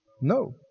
No